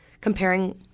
comparing